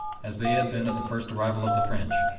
as they had been at the first arrival of the french,